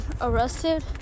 arrested